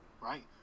Right